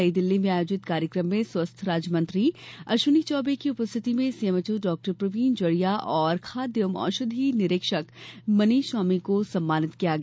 नईदिल्ली में आयोजित कार्यक्रम में स्वास्थ्य राज्यमंत्री अश्विनी चौबे की उपस्थिति में सीएमएचओ डॉक्टर प्रवीण जड़िया और खाद्य एवं औषधि निरीक्षक मनीष स्वामी को सम्मानित किया गया